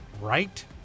right